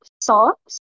socks